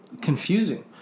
confusing